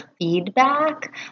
feedback